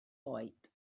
oed